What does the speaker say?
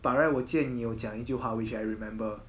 but 来我记得你有讲一句话 which I remember